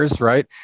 right